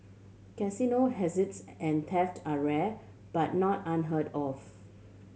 casino heists and theft are rare but not unheard of